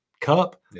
Cup